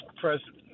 president